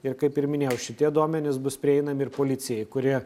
ir kaip ir minėjau šitie duomenys bus prieinami ir policijai kuri